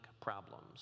problems